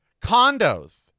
Condos